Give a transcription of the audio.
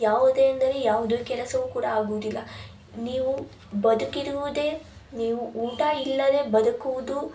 ಯಾವುದೇ ಅಂದರೆ ಯಾವುದು ಕೆಲಸವು ಕೂಡ ಆಗುವುದಿಲ್ಲ ನೀವು ಬದುಕಿರುವುದೆ ನೀವು ಊಟ ಇಲ್ಲದೆ ಬದುಕುವುದು